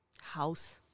House